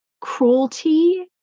cruelty